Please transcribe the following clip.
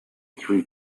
three